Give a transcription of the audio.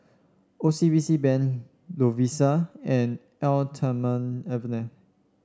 O C B C Bank Lovisa and Eau Thermale Avene